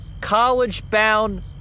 college-bound